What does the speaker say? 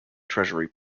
treasury